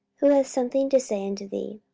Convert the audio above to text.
who hath something to say unto thee.